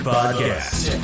Podcast